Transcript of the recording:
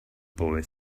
boy